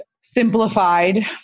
simplified